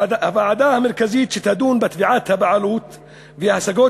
הוועדה המרכזית שתדון בתביעת הבעלות ובהשגות